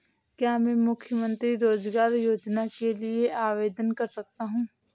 क्या मैं मुख्यमंत्री रोज़गार योजना के लिए आवेदन कर सकता हूँ?